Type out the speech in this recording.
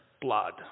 blood